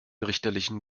richterlichen